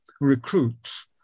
recruits